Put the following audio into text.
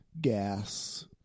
gas